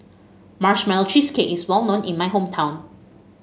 Marshmallow Cheesecake is well known in my hometown